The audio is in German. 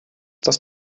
das